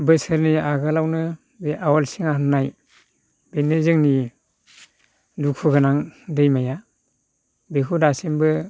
बोसोरनै आगोलावनो बे आवलसिङा होननाय बेनो जोंनि दुखु गोनां दैमाया बेखौ दासिमबो